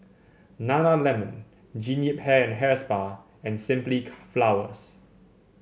Nana Lemon Jean Yip Hair and Hair Spa and Simply Flowers